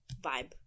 vibe